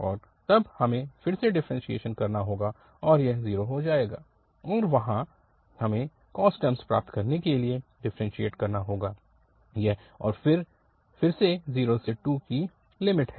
और तब हमें फिर से डिफ्रेंशियेशन करना होगा और यह 0 हो जाएगा और वहाँ हमें कॉस टर्म प्राप्त करने के लिए डिफ्रेंशियेट करना होगा यह और फिर से 0 से 2 की सीमा है